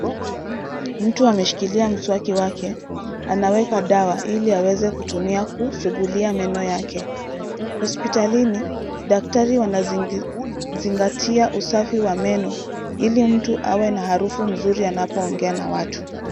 Mtu ameshikilia mswaki wake. Anaweka dawa ili aweze kutumia kusugulia meno yake. Hospitalini, daktari wanazingatia usafi wa meno ili mtu aweze kuwa na harufu mzuri anapoongea na watu.